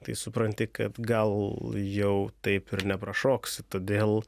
tai supranti kad gal jau taip ir neprašoksi todėl